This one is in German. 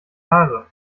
haare